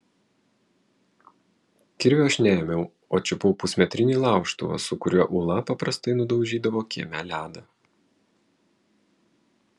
kirvio aš neėmiau o čiupau pusmetrinį laužtuvą su kuriuo ula paprastai nudaužydavo kieme ledą